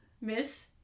Miss